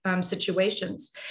situations